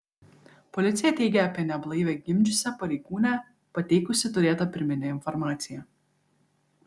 policija teigia apie neblaivią gimdžiusią pareigūnę pateikusi turėtą pirminę informaciją